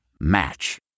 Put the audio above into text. Match